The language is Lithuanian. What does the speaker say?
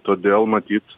todėl matyt